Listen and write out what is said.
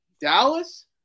Dallas